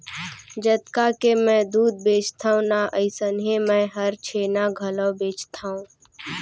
जतका के मैं दूद बेचथव ना अइसनहे मैं हर छेना घलौ बेचथॅव